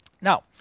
Now